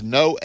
no